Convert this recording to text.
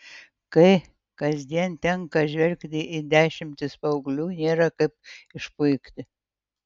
kai kasdien tenka žvelgti į dešimtis paauglių nėra kaip išpuikti